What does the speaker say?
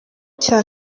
cya